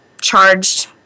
charged